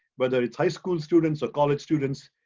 whether it's high school students or college students,